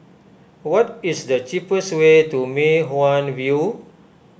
what is the cheapest way to Mei Hwan View